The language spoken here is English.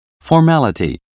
formality